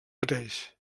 mateix